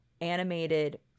animated